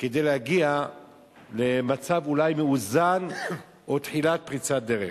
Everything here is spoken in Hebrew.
כדי להגיע למצב מאוזן או לתחילת פריצת דרך.